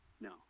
No